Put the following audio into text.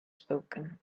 spoken